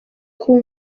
kuba